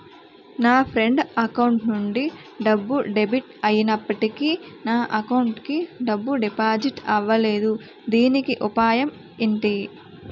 నా friend account నుండి డబ్బు డెబిట్ అయినప్పటికీ నా అకౌంట్ కి డబ్బు డిపాజిట్ అవ్వలేదుదీనికి ఉపాయం ఎంటి?